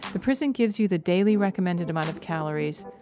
the prison gives you the daily recommended amount of calories,